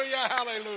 hallelujah